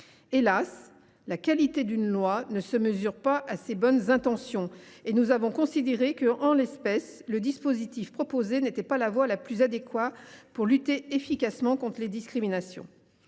Hélas ! la qualité d’une loi ne se mesure pas à ses bonnes intentions… C’est vrai !… et nous avons considéré qu’en l’espèce le dispositif proposé n’était pas la voie la plus adéquate pour lutter efficacement contre les discriminations.